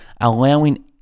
allowing